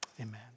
Amen